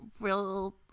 real